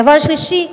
דבר שלישי,